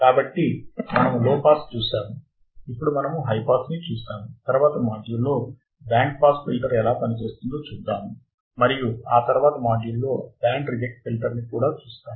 కాబట్టి మనము low pass చూశాము ఇప్పుడు మనము హై పాస్ ని చూశాము తరువాతి మాడ్యూల్ లో బ్యాండ్ పాస్ ఫిల్టర్ ఎలా పనిచేస్తుందో చూద్దాం మరియు ఆ తరువాత మాడ్యూల్ లో బ్యాండ్ రిజెక్ట్ ఫిల్టర్ ని కూడా చూస్తాము